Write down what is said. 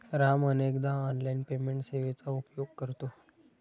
राम अनेकदा online payment सेवेचा उपयोग करतो